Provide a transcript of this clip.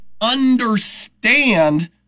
understand